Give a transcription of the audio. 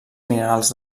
minerals